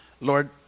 Lord